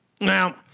Now